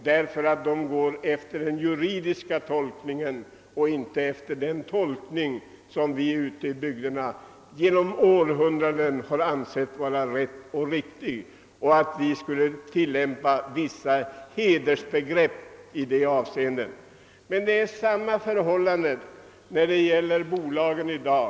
Dessa ägare anlägger en rent juridisk tolkning och går inte efter den tolkning som vi ute i bygderna under århundraden ansett vara rätt och riktig; vi följer våra hedersbegrepp. Samma förhållanden gäller också i fråga om bolagen i dag.